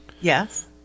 Yes